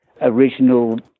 original